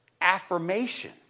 affirmation